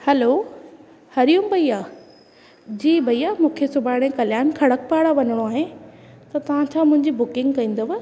hello हरिओम भईया जी भईया मूंखे सुभाणे कल्याण खड़क पारा वञिणो आहे त तव्हां छा मुंहिंजी बुकिंग कंदव